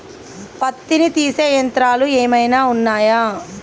పత్తిని తీసే యంత్రాలు ఏమైనా ఉన్నయా?